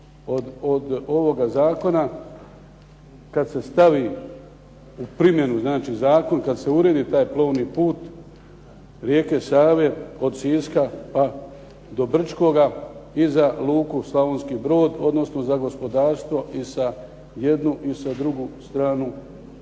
od ovoga zakona kad se stavi u primjenu zakon, kad se uredi taj plovni put rijeke Save od Siska pa do Brčkoga i za luku Slavonski Brod odnosno za gospodarstvo i sa jedne i sa druge strane obale.